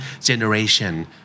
generation